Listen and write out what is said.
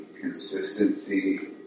consistency